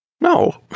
No